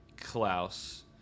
Klaus